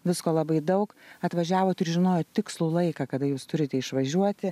visko labai daug atvažiavot ir žinojot tikslų laiką kada jūs turite išvažiuoti